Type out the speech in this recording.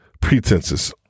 pretenses